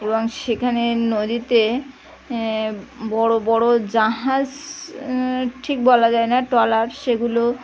এবং সেখানে নদীতে বড়ো বড়ো জাহাজ ঠিক বলা যায় না ট্রেলর সেগুলো